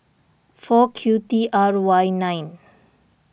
four Q T R Y nine